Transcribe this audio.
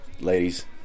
Ladies